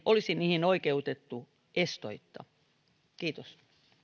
olisi niihin oikeutettu estoitta kiitos